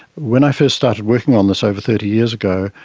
when i first started working on this over thirty years ago,